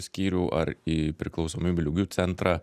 skyrių ar į priklausomybių ligių centrą